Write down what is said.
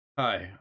Hi